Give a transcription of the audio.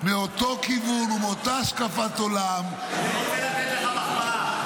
מאותו כיוון ומאותה השקפת עולם אני רוצה לתת לך מחמאה.